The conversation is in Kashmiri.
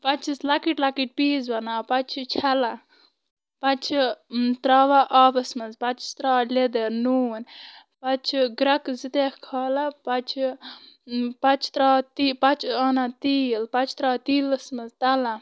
پَتہٕ چھِس لَکٕٹۍ لَکٕٹۍ پیٖس بناوان پَتہٕ چھِ چھلان پَتہٕ چھِ تراوان آبَس منٛز پَتہٕ چھِس تراوان لیٚدٕر نوٗن پَتہٕ چھِ گریکہٕ زٕ ترٛےٚ کھالان پَتہٕ چھِ پَتہٕ چھِ تراوان تی پَتہٕ چھِ انان تیٖل پَتہٕ چھِ تراوان تیٖلَس منٛز تَلان